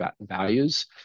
values